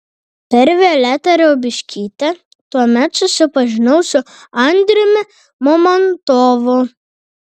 per violetą riaubiškytę tuomet susipažinau su andriumi mamontovu